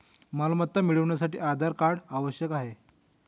मालमत्ता मिळवण्यासाठी आधार कार्ड आवश्यक आहे